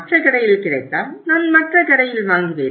மற்ற கடையில் கிடைத்தால் நான் மற்ற கடையில் வாங்குவேன்